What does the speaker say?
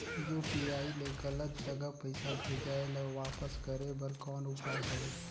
UPI ले गलत जगह पईसा भेजाय ल वापस करे बर कौन उपाय हवय?